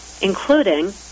including